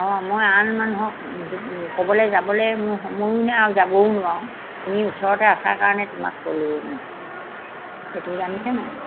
অঁ মই আন মানুহক ক'বলৈ যাবলৈ মোৰ সময়ো নাই আৰু যাবও নোৱাৰোঁ তুমি ওচৰতে আছা কাৰণে তোমাক ক'লোঁ মই সেইটো জানিছা নাই